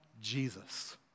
Jesus